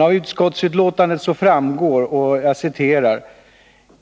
Av utskottsbetänkandet framgår: